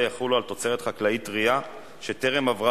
דיראני יכול לתבוע במדינת ישראל פיצויים,